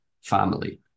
family